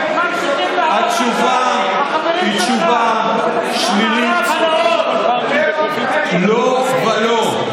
התשובה היא תשובה שלילית: לא ולא.